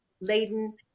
laden